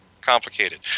complicated